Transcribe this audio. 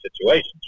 situations